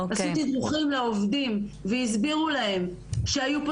עשו תדרוכים לעובדים והסבירו להם שהיו פה